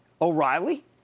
O'Reilly